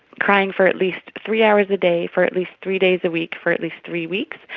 crying for at least three hours a day, for at least three days a week, for at least three weeks.